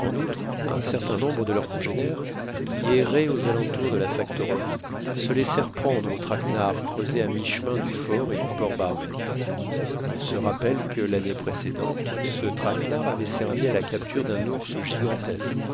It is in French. en outre un certain nombre de leurs congénères qui erraient aux alentours de la factorerie se laissèrent prendre au traquenard creusé à mi-chemin du fort et du port barnett on se rappelle que l'année précédente ce traquenard avait servi à la capture d'un ours gigantesque